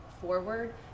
forward